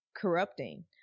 corrupting